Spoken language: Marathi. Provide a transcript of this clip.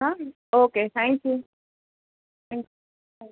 हां ओके थँक्यू थॅंक बाय